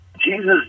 Jesus